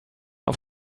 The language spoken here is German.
auf